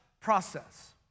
process